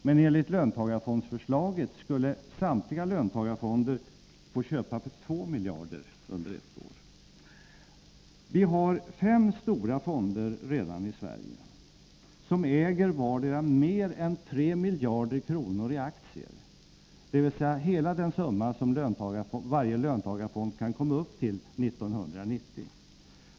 Men enligt löntagarfondsförslaget skulle samtliga löntagarfonder få köpa för 2 miljarder kronor under ett år. Vi har i Sverige redan fem stora fonder som vardera äger mer än 3 miljarder kronor i aktier, dvs. hela den summa som varje löntagarfond kan komma upp till år 1990.